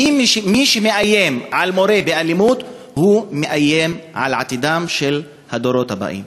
מי שמאיים על מורה באלימות מאיים על עתידם של הדורות הבאים.